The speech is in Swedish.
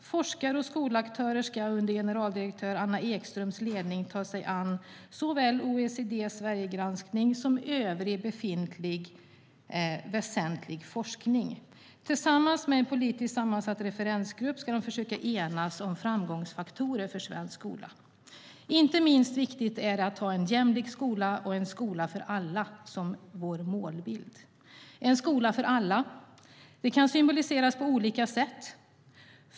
Forskare och skolaktörer ska under generaldirektör Anna Ekströms ledning ta sig an såväl OECD:s Sverigegranskning som övrig befintlig väsentlig forskning. Tillsammans med en politiskt sammansatt referensgrupp ska de försöka enas om framgångsfaktorer för svensk skola. Inte minst viktigt är det att ha en jämlik skola och en skola för alla som vår målbild. En skola för alla kan symboliseras på olika sätt.